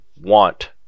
want